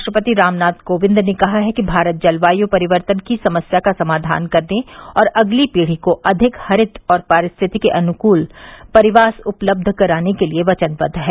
राष्ट्रपति रामनाथ कोविंद ने कहा है कि भारत जलवायू परिवर्तन की समस्या का समाधान करने और अगली पीढ़ी को अधिक हरित और पारिस्थितिकी अनुकल परिवास उपलब्ध कराने के लिए वचनबद्द है